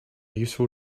useful